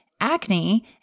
acne